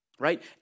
Right